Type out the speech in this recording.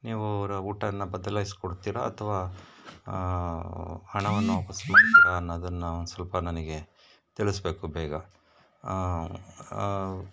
ನೀವು ಊಟವನ್ನ ಬದಲಾಯಿಸಿ ಕೊಡ್ತೀರಾ ಅಥವಾ ಹಣವನ್ನು ವಾಪಸ್ ಕೊಡ್ತೀರಾ ಅನ್ನೋದನ್ನು ಸ್ವಲ್ಪ ನನಗೆ ತಿಳಿಸ್ಬೇಕು ಬೇಗ